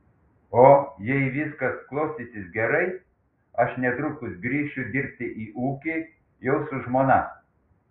o jei viskas klostysis gerai aš netrukus grįšiu dirbti į ūkį jau su žmona